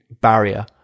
barrier